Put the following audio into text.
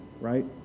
Right